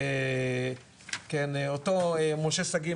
אותו משה שגיא,